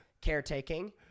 caretaking